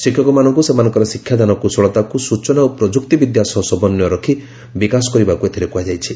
ଶିକ୍ଷକମାନଙ୍କୁ ସେମାନଙ୍କର ଶିକ୍ଷାଦାନ କୁଶଳତାକୁ ସୂଚନା ଓ ପ୍ରଯୁକ୍ତି ବିଦ୍ୟା ସହ ସମନ୍ୱୟ ରଖି ବିକାଶ କରିବାକୁ ଏଥିରେ କୁହାଯାଇଛି